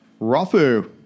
Rafu